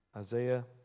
Isaiah